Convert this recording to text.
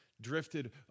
drifted